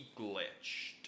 glitched